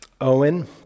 Owen